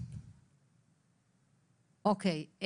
אוקיי.